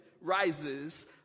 rises